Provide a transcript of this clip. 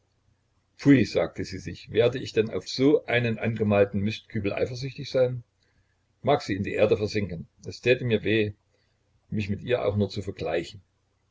sagte sie sich werde ich denn auf so einen angemalten mistkübel eifersüchtig sein mag sie in die erde versinken es täte mir weh mich mit ihr auch nur zu vergleichen